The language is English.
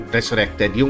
Resurrected